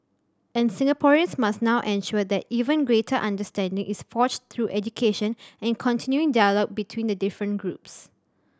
and Singaporeans must now ensure that even greater understanding is forged through education and continuing dialogue between the different groups